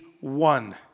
one